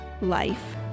life